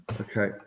okay